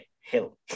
Hill